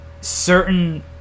certain